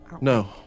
No